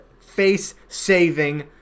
face-saving